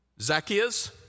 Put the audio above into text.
Zacchaeus